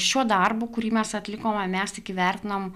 šiuo darbu kurį mes atlikome mes tik įvertinam